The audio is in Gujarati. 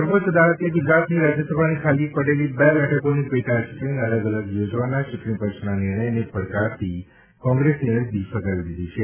સર્વોચ્ચ અદાલતે ગુજરાતની રાજ્યસભાની ખાલી પડેલી બે બેઠકોની પેટાચૂંટણી અલગ અલગ યોજવાના ચૂંટણીપંચના નિર્ણયને પડકારતી કોંગ્રેસની અરજી ફગાવી દીધી છે